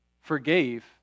forgave